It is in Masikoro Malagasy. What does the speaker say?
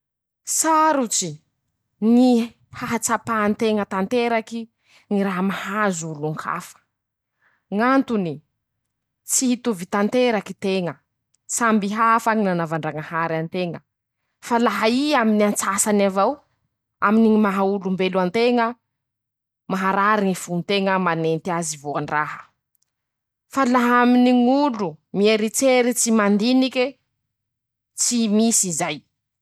Sarotsy ñy hahatsapa nteña tanteraky ñy raha mahazo olon-kafa, ñ'antony: -Tsy hitovy tanteraky teña samby hafa ñy nanava ndrañahary anteña fa laha ii aminan-tsasany avao aminy ñy maha olombelo anteña, maharary ñy fo nteña manenty azy voa ndraha, fa laha aminy ñ'olo mieritseritsy mandinike, tsy misy zay.